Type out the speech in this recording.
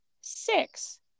six